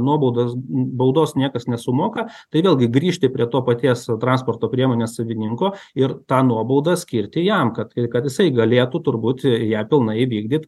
nuobaudos baudos niekas nesumoka tai vėlgi grįžti prie to paties transporto priemonės savininko ir tą nuobaudą skirti jam kad kad jisai galėtų turbūt ją pilnai įvykdyt